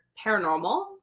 paranormal